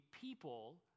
people